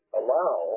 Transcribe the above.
allow